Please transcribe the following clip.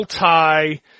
multi